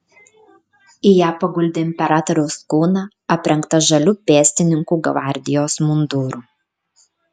į ją paguldė imperatoriaus kūną aprengtą žaliu pėstininkų gvardijos munduru